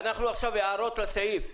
אנחנו עכשיו בהערות לסעיף.